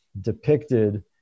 depicted